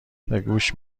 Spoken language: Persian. گوش